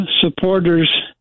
supporters